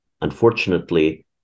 Unfortunately